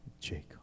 Jacob